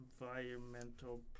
Environmental